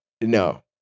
No